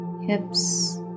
hips